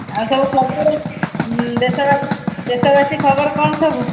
ଆଉ ସବୁ ଖବର ଦେଶବାସୀ ଦେଶବାସୀ ଖବର କ'ଣ ସବୁ